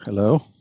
hello